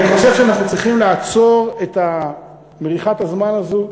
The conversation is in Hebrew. אני חושב שאנחנו צריכים לעצור את מריחת הזמן הזאת.